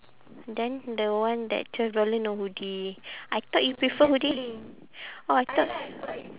then the one that twelve dollar no hoodie I thought you prefer hoodie orh I thought